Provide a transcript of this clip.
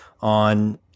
on